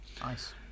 Nice